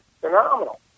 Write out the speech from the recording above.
phenomenal